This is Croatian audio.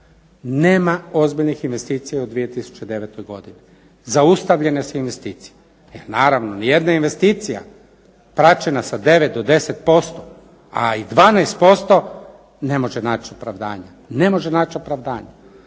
nema ozbiljnih investicija u 2009. godini, zaustavljene su investicije. Naravno ni jedna investicija praćena sa 9 do 10%, a i 12% ne može naći opravdanja, ne može naći opravdanja.